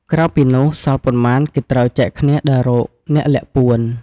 ក្រៅពីនោះ សល់ប៉ុន្មាន គេត្រូវចែកគ្នាដើររកអ្នកលាក់ពួន។